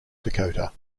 dakota